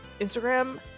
Instagram